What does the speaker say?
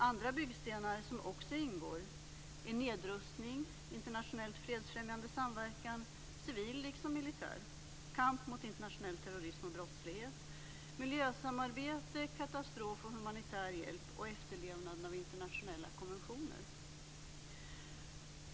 Andra byggstenar som också ingår är nedrustning, internationellt fredsfrämjande samverkan, civil liksom militär, kamp mot internationell terrorism och brottslighet, miljösamarbete, katastrofhjälp och humanitär hjälp samt efterlevnaden av internationella konventioner.